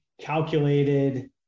calculated